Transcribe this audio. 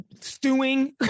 stewing